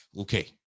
okay